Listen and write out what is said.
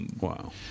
Wow